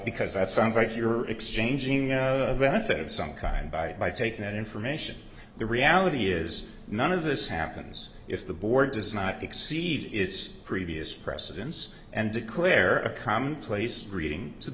because that sounds like you're exchanging a benefit of some kind by taking that information the reality is none of this happens if the board does not exceed its previous precedence and declare a commonplace reading to